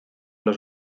los